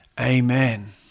Amen